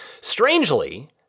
strangely